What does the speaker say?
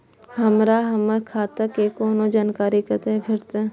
हमरा हमर खाता के कोनो जानकारी कतै भेटतै?